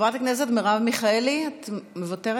חברת הכנסת מרב מיכאלי, את מוותרת?